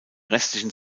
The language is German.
restlichen